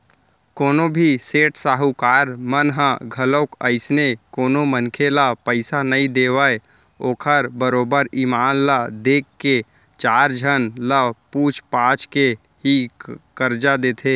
कोनो भी सेठ साहूकार मन ह घलोक अइसने कोनो मनखे ल पइसा नइ देवय ओखर बरोबर ईमान ल देख के चार झन ल पूछ पाछ के ही करजा देथे